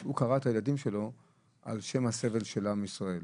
משום שהוא קרא את הילדים שלו על שם הסבל של עם ישראל,